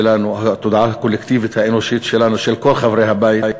התודעה הקולקטיבית האנושית שלנו, של כל חברי הבית,